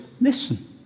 listen